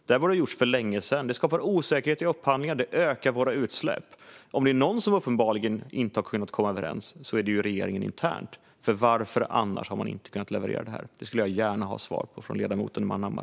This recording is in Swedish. Det borde ha gjorts för länge sedan. Det skapar osäkerhet vid upphandlingar och ökar våra utsläpp. Om det är någon som uppenbarligen inte har kunnat komma överens är det regeringen internt. Varför har man annars inte levererat här? Det skulle jag gärna vilja ha svar på från ledamoten Manhammar.